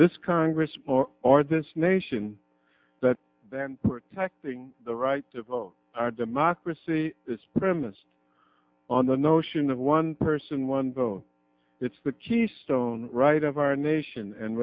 this congress or our this nation that than protecting the right to vote our democracy is premised on the notion of one person one bone it's the keystone right of our nation and